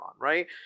Right